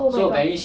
oh my god